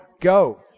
go